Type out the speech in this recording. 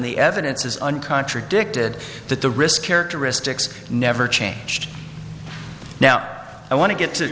the evidence is on contradicted that the risk characteristics never changed now i want to get to